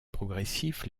progressif